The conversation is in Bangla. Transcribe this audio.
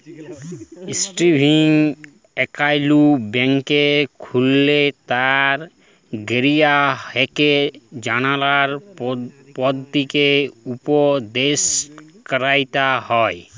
সেভিংস এক্কাউল্ট ব্যাংকে খুললে তার গেরাহককে জালার পদধতিকে উপদেসট ক্যরতে হ্যয়